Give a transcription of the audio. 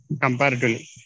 comparatively